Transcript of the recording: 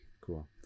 cool